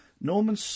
Norman